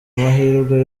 mahirwe